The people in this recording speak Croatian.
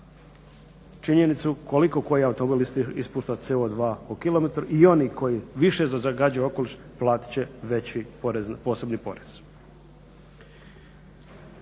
činjenicu koliki koji automobil ispušta CO2 po kilometru i oni koji više zagađuju okoliš platit će veći porezni posebni